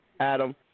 Adam